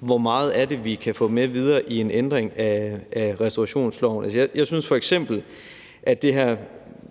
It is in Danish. hvor meget af det vi kan få med videre i en ændring af restaurationsloven. Jeg synes f.eks., at det kunne